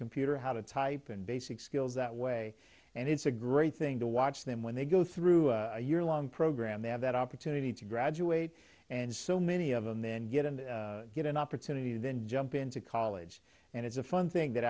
computer how to type in basic skills that way and it's a great thing to watch them when they go through a year long program they have that opportunity to graduate and so many of them then get and get an opportunity to then jump into college and it's a fun thing that